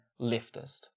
leftist